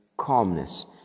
Calmness